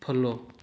follow